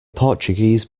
portuguese